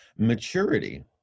Maturity